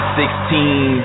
sixteen